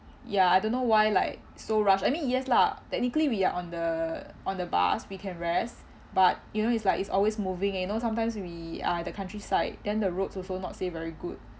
ya I don't know why like so rush I mean yes lah technically we are on the on the bus we can rest but you know it's like it's always moving and you know sometimes you we are at the countryside then the roads also not say very good